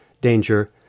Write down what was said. danger